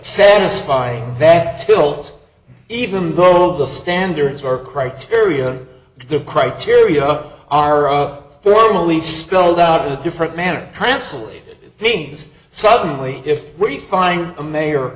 satisfying vet bills even though the standards are criteria the criteria are up formally spelled out in a different manner translated means suddenly if we find a mayor